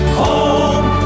home